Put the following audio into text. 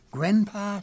Grandpa